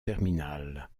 terminales